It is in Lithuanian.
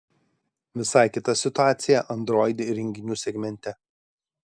visai kita situacija android įrenginių segmente